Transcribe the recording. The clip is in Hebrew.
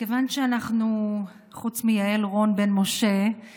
מכיוון שחוץ מיעל רון בן משה אנחנו